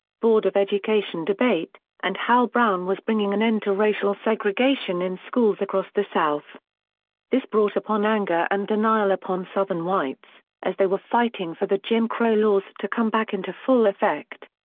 board of education debate, and how brown was bringing an end to racial segregation in schools across the south this brought upon anger and denial upon southern whites, as they were fighting for the jim crow laws to come back into full effect.